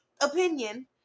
opinion